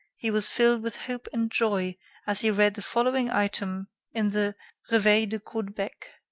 he was filled with hope and joy as he read the following item in the reveil de caudebec,